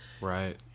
Right